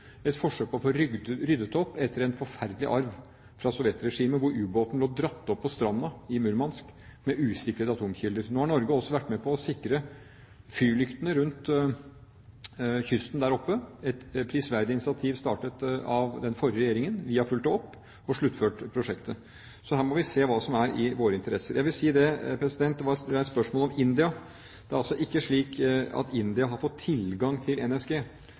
et forsøk på å få ryddet opp etter en forferdelig arv fra Sovjet-regimet hvor ubåten lå dratt opp på stranden i Murmansk med usikrede atomkilder. Nå har Norge også vært med på å sikre fyrlyktene rundt kysten der oppe – et prisverdig initiativ startet av den forrige regjeringen. Vi har fulgt det opp, og sluttført prosjektet. Så her må vi se på hva som er i våre interesser. Det var reist spørsmål om India. Det er ikke slik at India har fått tilgang til NSG,